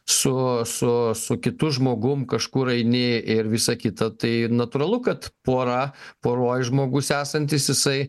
su su su kitu žmogum kažkur eini ir visa kita tai natūralu kad pora poroj žmogus esantis jisai